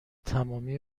تمامی